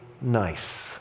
nice